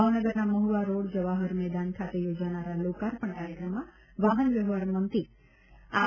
ભાવનગરના મહુવા રોડ જવાહર મેદાન ખાતે યોજાનારા લોકાર્પણ કાર્યક્રમમાં વાહનવ્યવહાર મંત્રી આર